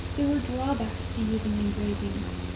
there were drawbacks to using engravings.